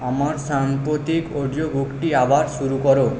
আমার সাম্প্রতিক অডিও বুকটি আবার শুরু করো